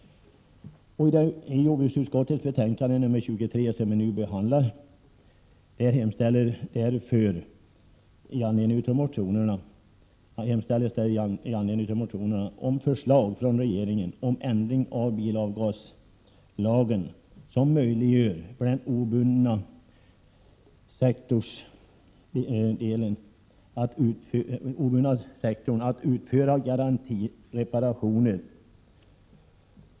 I jordbruksutskottets betänkande nr 23, som vi nu behandlar, hemställs i anledning av motionerna om förslag från regeringen om ändring av bilavgaslagen som möjliggör för den obundna bilverkstadssektorn att utföra garantireparationer.